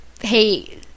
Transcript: hey